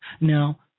Now